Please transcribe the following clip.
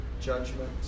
judgment